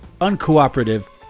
uncooperative